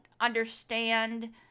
understand